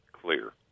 clear